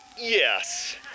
yes